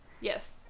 Yes